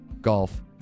golf